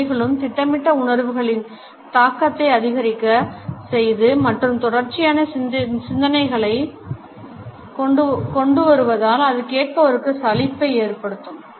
அவைகளும் திட்டமிட்ட உணர்வுகளின் தாக்கத்தை அதிகரிக்க செய்து மற்றும் தொடர்ச்சியான சிந்தனைகளைக் கொண்டுவருவதால் அது கேட்பவர்களுக்கு சலிப்பை ஏற்படுத்தும்